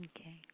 Okay